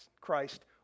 Christ